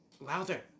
Louder